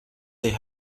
they